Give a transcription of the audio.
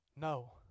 no